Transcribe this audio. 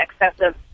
excessive